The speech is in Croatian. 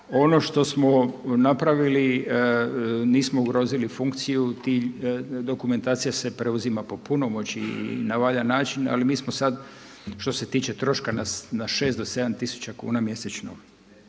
Ono što smo napravili nismo ugrozili funkciju. Dokumentacija se preuzima po punomoći i na valjan način, ali mi smo sad što se tiče troška na 6 do 7000 kuna mjesečno.